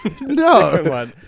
no